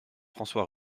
françois